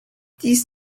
dies